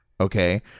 okay